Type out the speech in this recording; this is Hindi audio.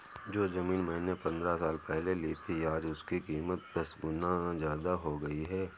जो जमीन मैंने पंद्रह साल पहले ली थी, आज उसकी कीमत दस गुना जादा हो गई है